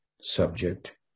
subject